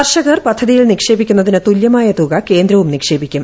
കർഷകർ പദ്ധതിയിൽ നിക്ഷേപിക്കുന്നതിന് തുല്യമായ തുക കേന്ദ്രവും നിക്ഷേപിക്കും